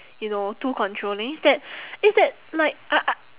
you know too controlling is that is that like I I